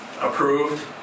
approved